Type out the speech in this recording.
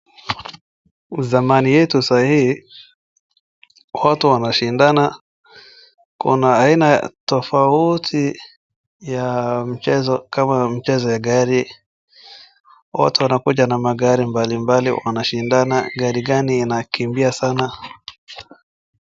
Zamani yetu sai, watu wanashindana, kuna aina tofauti ya mchezo kama mchezo ya gari. Watu wanakuja na magari mbalimbali wanashindana gari gani inakimbia sana.